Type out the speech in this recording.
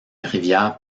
rivière